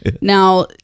Now